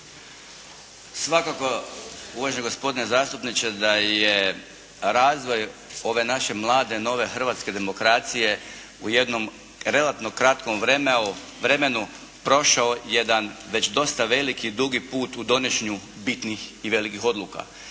Svakako uvaženi gospodine zastupniče da je razvoj ove naše mlade nove hrvatske demokracije u jednom relativno kratkom vremenu prošao jedan već dosta veliki i dugi put u donošenju bitnih i velikih odluka.